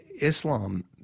Islam